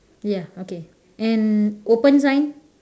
ya okay and open sign